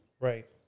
right